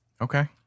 Okay